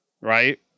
right